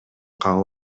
кабыл